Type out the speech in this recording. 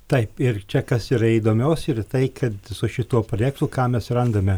taip ir čia kas yra įdomiausia yra kad su šituo projektu ką mes randame